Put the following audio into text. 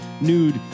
nude